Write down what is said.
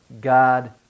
God